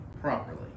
properly